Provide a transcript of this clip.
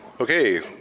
Okay